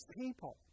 people